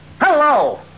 Hello